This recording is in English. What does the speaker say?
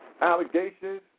allegations